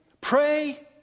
pray